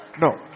No